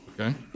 Okay